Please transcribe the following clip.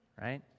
right